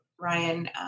Ryan